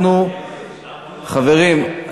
חברים,